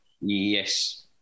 Yes